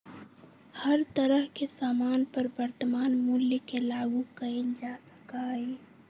हर तरह के सामान पर वर्तमान मूल्य के लागू कइल जा सका हई